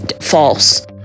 false